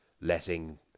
letting